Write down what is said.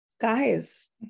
guys